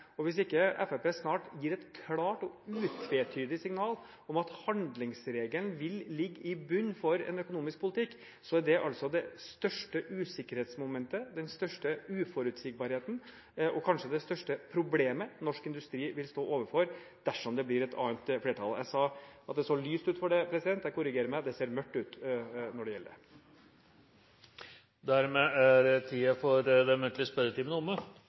Og hvis ikke Fremskrittspartiet snart gir et klart og utvetydig signal om at handlingsregelen vil ligge i bunnen for deres økonomiske politikk, så er dette altså det største usikkerhetsmomentet, den største uforutsigbarheten, og kanskje det største problemet, som norsk industri vil stå overfor dersom det blir et annet flertall. Jeg sa at det så «lyst ut» for det. Jeg korrigerer meg selv: Det ser mørkt ut når det gjelder dette! Dermed er den muntlige spørretimen omme,